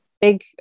big